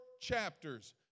chapters